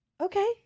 Okay